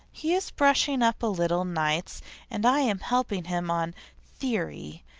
he is brushing up a little nights and i am helping him on theory,